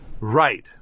right